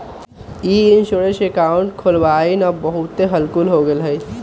ई insurance account खोलबनाइ अब बहुते हल्लुक हो गेलइ ह